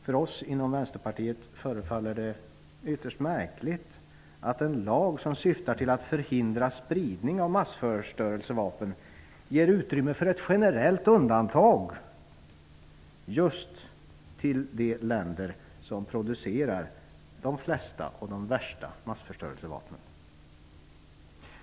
För oss inom Vänsterpartiet förefaller det ytterst märkligt att en lag som syftar till att förhindra spridning av massförstörelsevapen ger utrymme för ett generellt undantag just för de länder som producerar de flesta och de värsta massförstörelsevapnen.